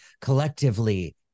collectively